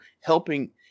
helping